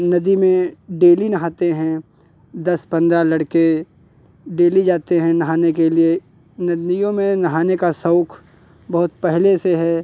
नदी में डेली नहाते हैं दस पन्द्रह लड़के डेली जाते हैं नहाने के लिए नदियों में नहाने का शौक बहत पहले से है